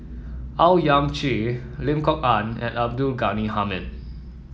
Owyang Chi Lim Kok Ann and Abdul Ghani Hamid